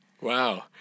Wow